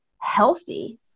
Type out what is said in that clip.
healthy